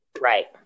Right